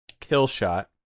Killshot